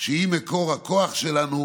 שהיא מקור הכוח שלנו